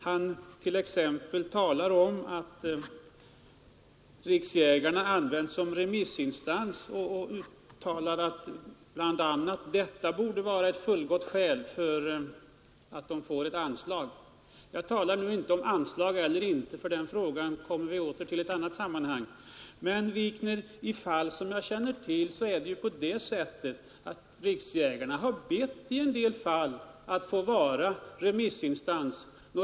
Herr Wikner talade t.ex. om att Jägarnas riksförbund använts såsom remissinstans och framhåller att detta borde vara ett fullgott skäl för att ge dem anslag. Jag talar inte om anslag eller inte, för den frågan kommer vi till i annat sammanhang. Men, herr Wikner, i de fall jag känner till har Jägarnas riksförbund bett att få vara remissinstans.